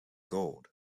gold